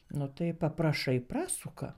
nu tai paprašai prasuka